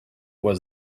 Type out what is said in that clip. was